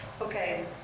Okay